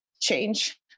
change